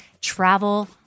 travel